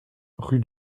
rue